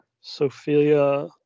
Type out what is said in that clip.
Sophia